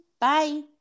Bye